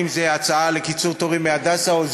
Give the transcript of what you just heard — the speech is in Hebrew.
התשע"ו 2016,